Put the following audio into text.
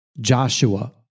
Joshua